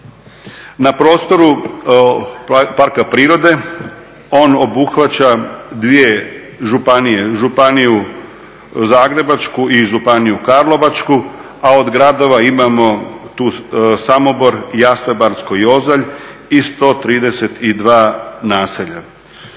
Na prostoru parka prirode on obuhvaća dvije županije, županiju Zagrebačku i županiju Karlovačku a od gradova imamo Samobor, Jastrebarsko i Ozalj i 132 naselja.